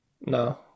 No